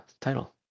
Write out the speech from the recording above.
title